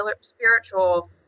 spiritual